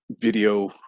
video